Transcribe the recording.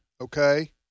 Okay